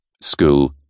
school